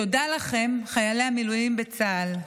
תודה לכם, חיילי המילואים בצה"ל.